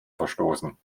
verstoßen